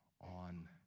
on